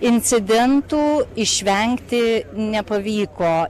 incidentų išvengti nepavyko